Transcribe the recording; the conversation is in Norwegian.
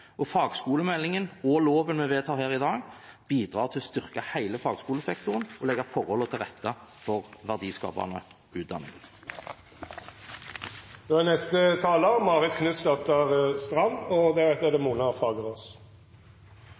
og fagskolemeldingen og loven vi vedtar her i dag, bidrar til å styrke hele fagskolesektoren og legge forholdene til rette for verdiskapende utdanning. Vi gleder oss over den nye fagskoleloven. Dette er